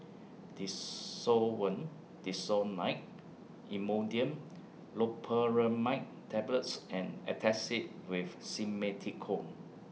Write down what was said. Desowen Desonide Imodium Loperamide Tablets and Antacid with Simethicone